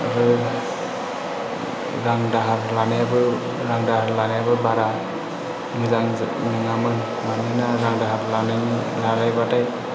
आरो रां दाहार लानायाबो रां दाहार लानायाबो बारा मोजां नङामोन मानोना रां दाहार लानाय लालायब्लाथाय